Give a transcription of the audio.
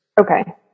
Okay